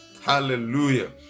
Hallelujah